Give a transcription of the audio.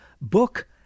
book